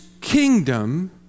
kingdom